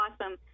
awesome